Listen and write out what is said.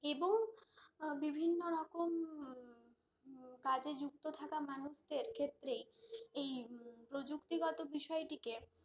এবং বিভিন্ন রকম কাজে যুক্ত থাকা মানুষদের ক্ষেত্রেই এই প্রযুক্তিগত বিষয়টিকে